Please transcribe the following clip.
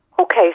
Okay